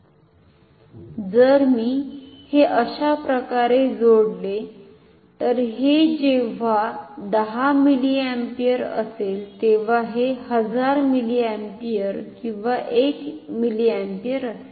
जर मी हे अशा प्रकारे जोडले तर हे जेव्हा 10 मिलिअम्पियर असेल तर हे 1000 मिलीअॅपीयर किंवा 1 अँपिअर असेल